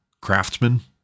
craftsman